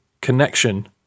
connection